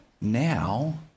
now